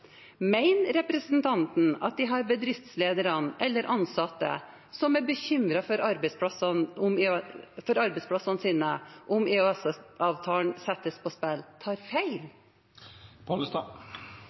representanten at disse bedriftslederne eller de ansatte, som er bekymret for arbeidsplassene sine om EØS-avtalen settes på spill, tar feil? Eg har nok meir tru på